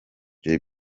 jay